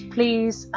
Please